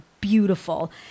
beautiful